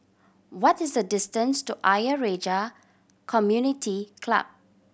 what is the distance to Ayer Rajah Community Club